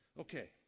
Okay